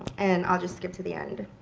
and. i'll just skip to the end.